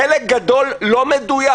חלק גדול לא מדויק.